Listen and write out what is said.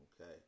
Okay